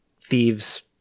thieves